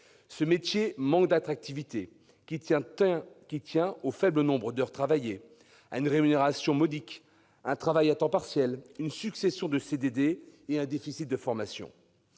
Ce métier manque d'attractivité. Cela tient au faible nombre d'heures travaillées, à une rémunération modique, à un travail à temps partiel, à une succession de CDD et à un déficit de formation.